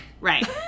right